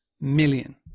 million